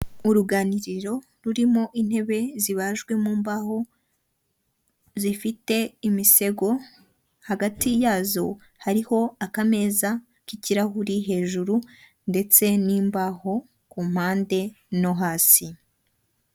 Muri gare ya Nyabugogo amatara bayacanye bigaragara ko bwije, abantu baracyari muri gare amamodoka ntabwo ari menshi cyane bigaragara ko aba bantu bashobora kuba babuze imodoka zibacyura ndetse ku ruhande hariho na bisi nini itwara abaturage.